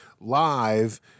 live